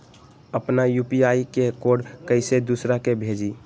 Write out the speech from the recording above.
अपना यू.पी.आई के कोड कईसे दूसरा के भेजी?